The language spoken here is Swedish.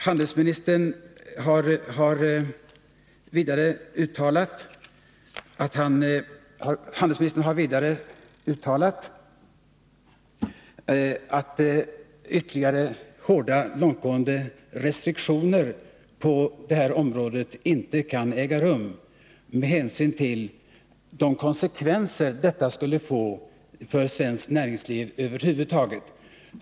Handelsministern har vidare uttalat att ytterligare hårda, långtgående restriktioner inte kan vidtas med hänsyn till de konsekvenser detta skulle få för svenskt näringsliv över huvud taget.